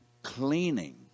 Cleaning